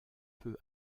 peu